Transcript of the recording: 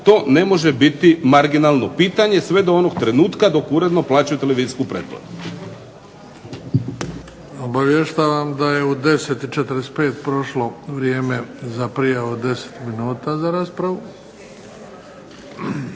to ne može biti marginalno pitanje sve do onog trenutka dok uredno plaćaju televizijsku pretplatu. **Bebić, Luka (HDZ)** Obavještavam da je u 10,45 prošlo vrijeme za prijavu 10 minuta za raspravu.